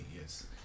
yes